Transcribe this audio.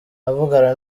avugana